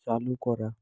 চালু করা